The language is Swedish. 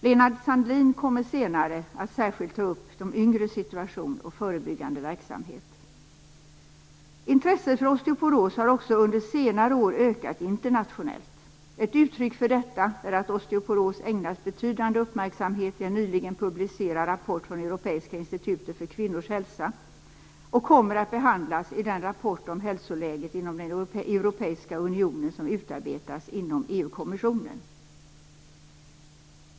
Lena Sandlin kommer senare att särskilt ta upp de yngres situation och förebyggande verksamhet. Intresset för osteoporos har också under senare år ökat internationellt. Ett uttryck för detta är att osteoporos ägnas betydande uppmärksamhet i en nyligen publicerad rapport från Europeiska institutet för kvinnors hälsa och kommer att behandlas i den rapport om hälsoläget inom den europeiska unionen som utarbetas inom EU-kommissionen.